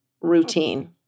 routine